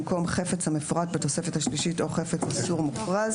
במקום "חפץ המפורט בתוספת השלישית או חפץ אסור מוכרז"